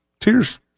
tears